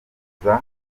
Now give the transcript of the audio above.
kuza